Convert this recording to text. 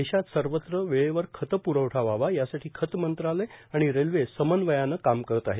देशात सर्वत्र वेळेवर खतप्रवठा व्हावा यासाठी खत मंत्रालय आणि रेल्वे समन्वयाने काम करत आहेत